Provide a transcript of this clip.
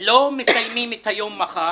- לא מסיימים את היום מחר